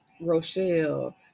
Rochelle